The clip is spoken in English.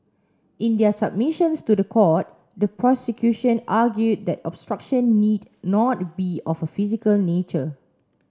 in their submissions to the court the prosecution argued that obstruction need not be of a physical nature